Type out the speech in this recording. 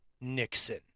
Nixon